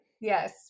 Yes